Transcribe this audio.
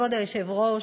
כבוד היושב-ראש,